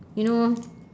you know